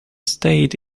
stayed